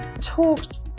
talked